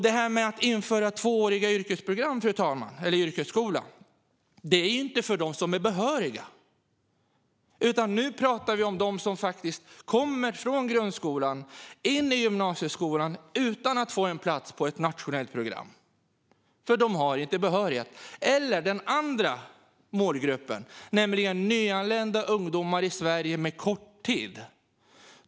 Införandet av tvååriga yrkesprogram eller yrkesskola gäller inte dem som är behöriga, utan nu pratar vi om dem som kommer från grundskolan till gymnasieskolan och som inte får plats på ett nationellt program därför att de inte har behörighet, eller om den andra målgruppen, nämligen nyanlända ungdomar med kort tid i Sverige.